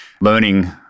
learning